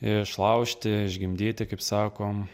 išlaužti išgimdyti kaip sakom